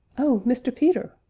oh, mr. peter!